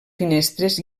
finestres